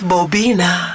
Bobina